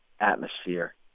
atmosphere